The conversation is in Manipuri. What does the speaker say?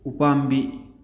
ꯎꯄꯥꯝꯕꯤ